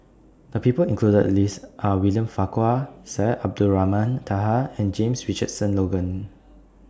The People included in The list Are William Farquhar Syed Abdulrahman Taha and James Richardson Logan